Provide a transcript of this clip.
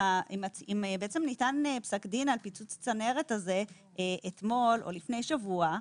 אם ניתן פסק דין על פיצוץ צנרת הזה אתמול או לפני שבוע,